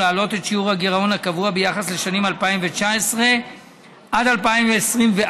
ולהעלות את שיעור הגירעון הקבוע ביחס לשנים 2019 2024 ואליך.